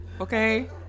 okay